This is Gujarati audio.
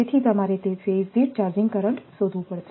તેથી તમારે તે ફેઝ દીઠ ચાર્જિંગ કરંટ શોધવું પડશે